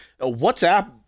WhatsApp